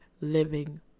living